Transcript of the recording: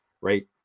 right